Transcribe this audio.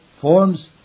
Forms